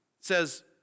says